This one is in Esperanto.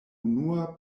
unua